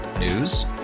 News